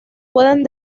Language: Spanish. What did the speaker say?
pueden